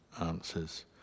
answers